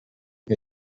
que